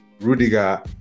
Rudiger